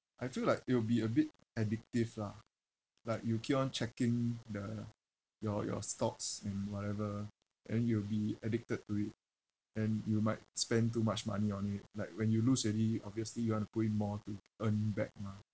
I feel like it will be a bit addictive lah like you keep on checking the your your stocks and whatever then you'll be addicted to it and you might spend too much money on it like when you lose already obviously you want to put in more to earn back mah